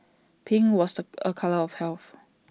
pink was A colour of health